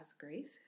grace